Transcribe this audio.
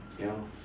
you know